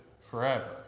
forever